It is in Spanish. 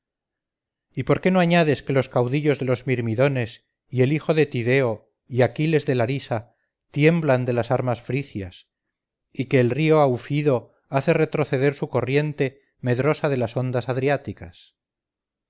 y por qué no añades que los caudillos de los mirmidones y el hijo de tideo y aquiles de larisa tiemblan de las armas frigias y que el río aufido hace retroceder su corriente medrosa de las ondas adriáticas